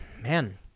man